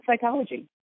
psychology